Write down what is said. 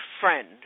friend